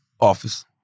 office